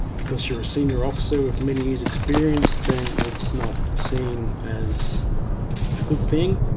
because you're a senior officer of many years experience then it's not seen as a good thing.